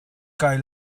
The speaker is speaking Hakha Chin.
kai